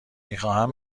میخواهم